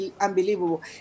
unbelievable